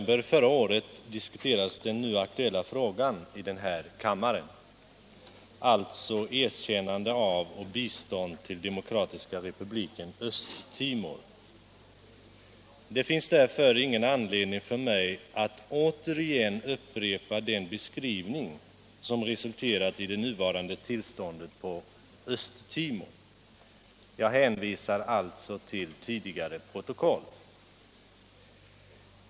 beskrivningen av de förhållanden som resulterat i det nuvarande tillståndet på Östtimor. Jag hänvisar alltså till tidigare protokoll.